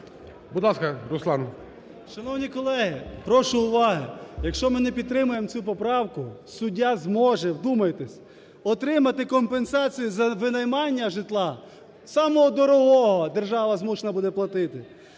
КНЯЗЕВИЧ Р.П. Шановні колеги, прошу уваги. Якщо ми не підтримаємо цю поправку, суддя зможе, вдумайтесь, отримати компенсацію за винаймання житла самого дорогого, держава змушена буде платити.